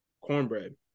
cornbread